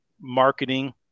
marketing